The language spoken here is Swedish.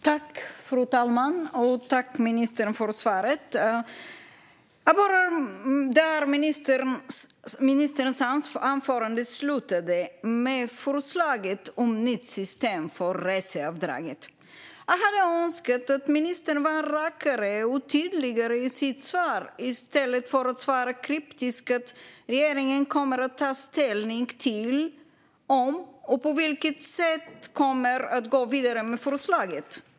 Fru talman! Jag tackar ministern för svaret. Jag börjar där ministerns anförande slutade, nämligen med förslaget om ett nytt system för reseavdraget. Jag hade önskat att ministern hade varit rakare och tydligare i sitt svar, i stället för att kryptiskt svara att regeringen kommer att ta ställning till "om och på vilket sätt man kommer att gå vidare med förslaget".